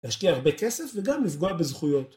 להשקיע הרבה כסף וגם לפגוע בזכויות